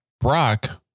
Brock